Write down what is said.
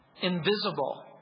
invisible